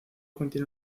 contiene